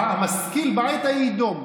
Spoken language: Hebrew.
"המשכיל בעת ההיא ידֹם".